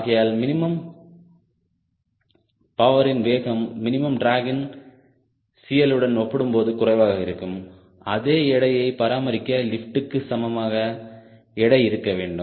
ஆகையால் மினிமம் பவரின் வேகம் மினிமம் டிராகின் CL உடன் ஒப்பிடும்போது குறைவாக இருக்கும் அதே எடையை பராமரிக்க லிப்ட்க்கு சமமாக எடை இருக்க வேண்டும்